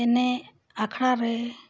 ᱮᱱᱮᱡ ᱟᱠᱷᱲᱟ ᱨᱮ